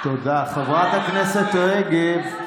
חברת הכנסת רגב.